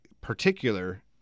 particular